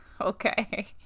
Okay